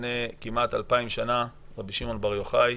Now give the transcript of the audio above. כמעט לפני 2,000 שנה רבי שמעון בר-יוחאי,